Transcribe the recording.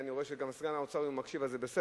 אני גם רואה שסגן שר האוצר לא מקשיב, אז זה בסדר.